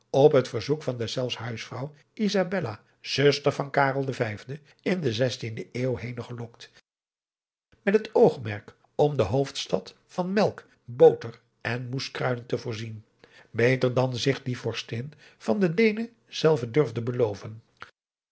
op het verzoek van deszelfs huisvrouw izabella zuster van karel den vijfden in de zestiende eeuw henen gelokt met het oogmerk om de hoofdstad van melk boter en moeskruiden te voorzien beter dan zich die vorstin van de deenen zelve durfde beloven